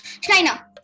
China